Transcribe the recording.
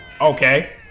Okay